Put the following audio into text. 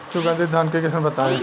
सुगंधित धान के किस्म बताई?